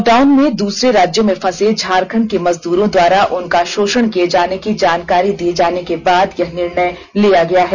lock down में दूसरे राज्यों में फंसे झारखंड के मजदूरों द्वारा उनका शोषण किए जाने की जानकारी दिए जाने के बाद यह निर्णय लिया गया है